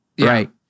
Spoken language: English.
Right